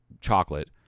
chocolate